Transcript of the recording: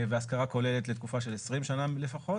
והשכרה כוללת לתקופה של 20 שנה לפחות